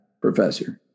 professor